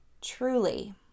truly